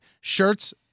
Shirts